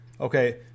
Okay